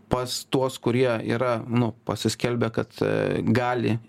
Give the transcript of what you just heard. pas tuos kurie yra nu pasiskelbė kad gali